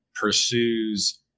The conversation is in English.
pursues